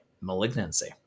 malignancy